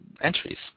entries